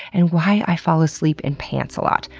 and why i fall asleep in pants a lot.